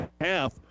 half